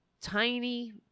tiny